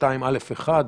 בסעיף 2(א)(1).